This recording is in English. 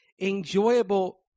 enjoyable